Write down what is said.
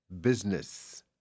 Business